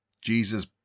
Jesus